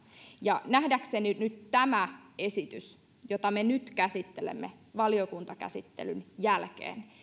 nähdäkseni tämä esitys jota me nyt käsittelemme valiokuntakäsittelyn jälkeen